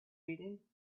reading